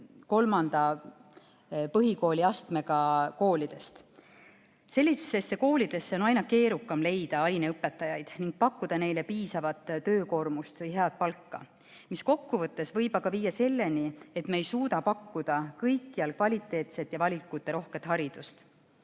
kolmanda põhikooliastmega koolidest. Sellistesse koolidesse on aina keerukam leida aineõpetajaid ning pakkuda neile piisavat töökoormust või head palka, mis kokkuvõttes võib aga viia selleni, et me ei suuda pakkuda kõikjal kvaliteetset ja valikuterohket haridust.